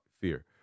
fear